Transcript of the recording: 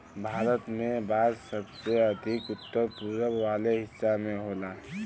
भारत में बांस सबसे अधिका उत्तर पूरब वाला हिस्सा में होला